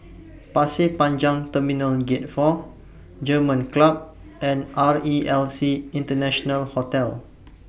Pasir Panjang Terminal Gate four German Club and R E L C International Hotel